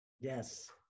Yes